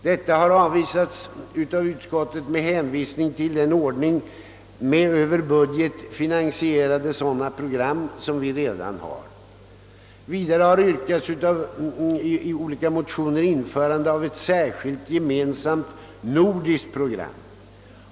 Detta har avvisats av utskottet med hänvisning till den ordning med över budge ten finansierade sådana program som vi redan har. Vidare har i olika motioner yrkats införande av ett särskilt gemensamt nordiskt program.